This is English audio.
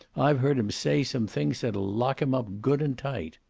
i've heard him say some things that'll lock him up good and tight.